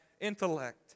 intellect